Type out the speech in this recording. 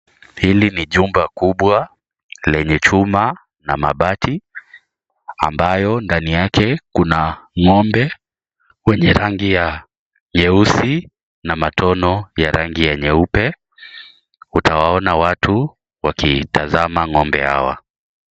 Hili ni jumba kubwa lenye chuma na mabati ambayo ndani yake, kuna ng'ombe wenye rangi ya nyeusi na matono ya rangi nyeupe. Utawaona watu wakitazama ng'ombe hawa.